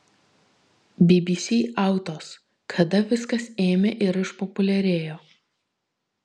bbc autos kada viskas ėmė ir išpopuliarėjo